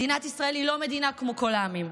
מדינת ישראל היא לא מדינה כמו כל העמים.